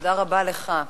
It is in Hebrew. תודה רבה לך,